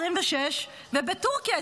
26 ובטורקיה,